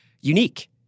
unique